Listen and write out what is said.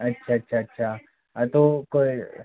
अच्छा अच्छा अच्छा तो कोई